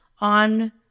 on